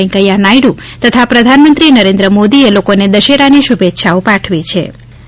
વેંકૈથા નાથડ અને પ્રધાનમંત્રી નરેન્દ્ર મોદીએ લોકોને દશેરાની શૂભેચ્છાઓ પાઠવીછે